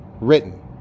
written